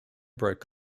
broke